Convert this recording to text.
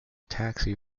taxi